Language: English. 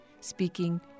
speaking